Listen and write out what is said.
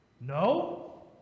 No